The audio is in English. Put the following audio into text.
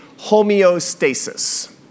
homeostasis